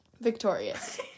victorious